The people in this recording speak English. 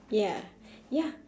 ya ya